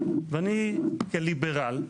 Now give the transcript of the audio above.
ואני כליברל,